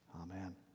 Amen